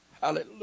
Hallelujah